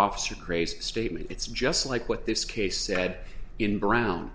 officer crazy statement it's just like what this case said in brown